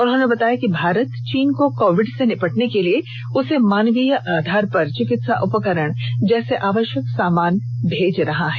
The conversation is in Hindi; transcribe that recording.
उन्होंने बताया कि भारत चीन को कोविड से निपटने के लिए उसे मानवीय आधार पर चिकित्सा उपकरण जैसे आवश्यक सामान भेज रहा है